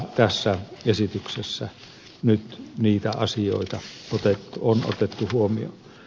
tässä esityksessä nyt niitä asioita on otettu huomioon